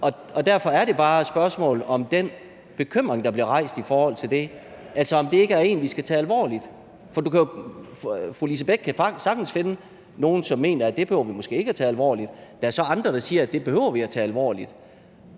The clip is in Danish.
Derfor er det bare et spørgsmål om den bekymring, der blev rejst i forhold til det, altså om det ikke er en, vi skal tage alvorligt. Fru Lise Bech kan sagtens finde nogen, som mener, at man måske ikke behøver at tage det alvorligt, og så er der så andre, der siger, at det behøver vi tage alvorligt.